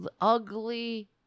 ugly